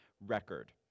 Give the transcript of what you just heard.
record